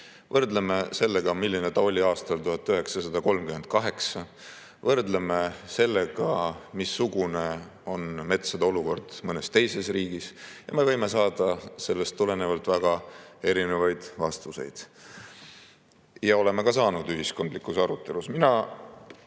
võrdleme sellega, milline ta oli aastal 1938, võrdleme sellega, missugune on metsa olukord mõnes teises riigis – me võime saada sellest tulenevalt väga erinevaid vastuseid. Me oleme neid ühiskondlikus arutelus ka